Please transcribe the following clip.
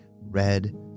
red